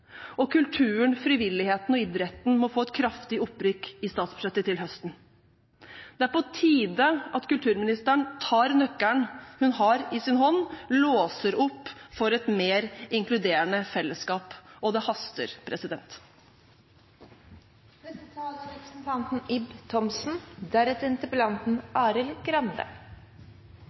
Kulturen, frivilligheten og idretten må få et kraftig opprykk i statsbudsjettet til høsten. Det er på tide at kulturministeren tar nøkkelen hun har i sin hånd, og låser opp for et mer inkluderende fellesskap. Det haster.